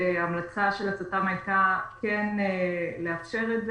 המלצה של הצט”ם הייתה כן לאפשר את זה